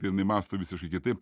jinai mąsto visiškai kitaip